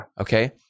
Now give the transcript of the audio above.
Okay